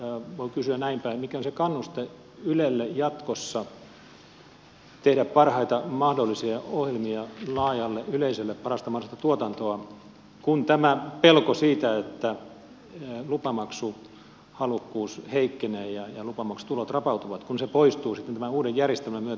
voin kysyä näin päin että mikä on se kannuste ylelle jatkossa tehdä parhaita mahdollisia ohjelmia laajalle yleisölle parasta mahdollista tuotantoa kun tämä pelko siitä että lupamaksuhalukkuus heikkenee ja lupamaksutulot rapautuvat poistuu sitten tämän uuden järjestelmän myötä